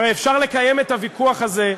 הרי אפשר לקיים את הוויכוח הזה,